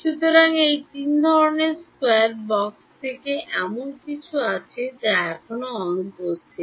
সুতরাং এই তিন ধরণের স্কয়ার বাক্স থেকে এমন কিছু আছে যা এখনও অনুপস্থিত